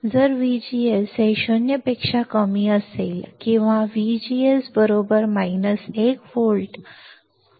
जर VGS हे 0 पेक्षा कमी असेल किंवा VGS 1 व्होल्ट म्हणूया आता काय होईल